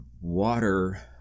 water